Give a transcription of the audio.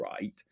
right